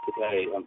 today